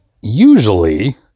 usually